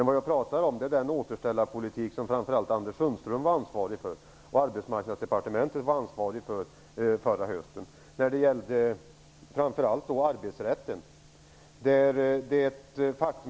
Vad jag talar om är den återställarpolitik under förra hösten som framför allt Anders Sundström och Arbetsmarknadsdepartementet var ansvariga för. Det gällde framför allt arbetsrätten.